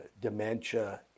dementia